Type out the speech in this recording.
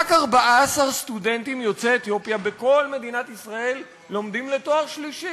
רק 14 סטודנטים יוצאי אתיופיה בכל מדינת ישראל לומדים לתואר שלישי.